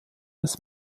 des